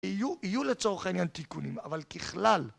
יהיו יהיו לצורך העניין תיקונים, אבל ככלל...